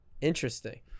interesting